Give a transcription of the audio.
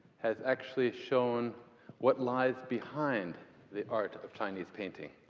has actually shown what lies behind the art of chinese painting.